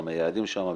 גם היעדים שם,